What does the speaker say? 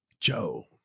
Joe